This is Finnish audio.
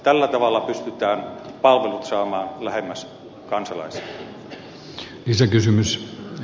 tällä tavalla pystytään palvelut saamaan lähemmäs kansalaisia